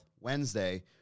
Wednesday